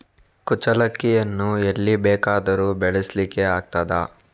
ಕುಚ್ಚಲಕ್ಕಿಯನ್ನು ಎಲ್ಲಿ ಬೇಕಾದರೂ ಬೆಳೆಸ್ಲಿಕ್ಕೆ ಆಗ್ತದ?